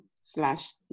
slash